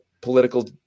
political